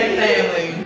family